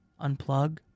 unplug